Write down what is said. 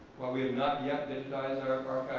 while we have not yet digitized our